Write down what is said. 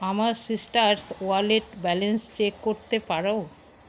আমার citrus wallet balance check করতে পারো